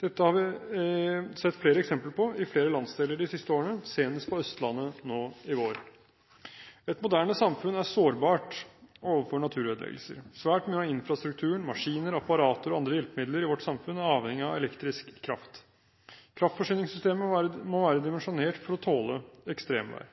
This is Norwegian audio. Dette har vi sett flere eksempler på i flere landsdeler de siste årene – senest på Østlandet nå i vår. Et moderne samfunn er sårbart overfor naturødeleggelser. Svært mye av infrastrukturen, maskiner, apparater og andre hjelpemidler i vårt samfunn er avhengig av elektrisk kraft. Kraftforsyningssystemet må være dimensjonert for å tåle ekstremvær.